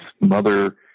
mother